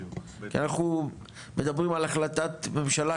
כי אנחנו מדברים על החלטת ממשלה,